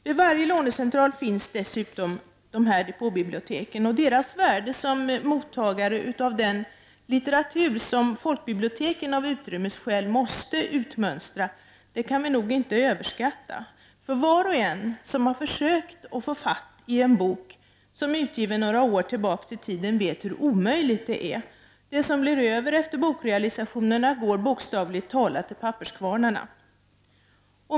Vid varje lånecentral finns dessutom depåbibliotek. Deras värde som mottagare av den litteratur som folkbiblioteken av utrymmesskäl måste utmönstra kan inte överskattas. Var och en som försökt få fatt i en bok som är utgiven några år tillbaka i tiden vet hur omöjligt det är. Det som blir över efter bokrealisationerna går bokstavligt talat till papperskvarnarna.